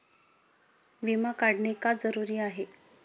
विमा काढणे का जरुरी आहे?